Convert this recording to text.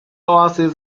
oasis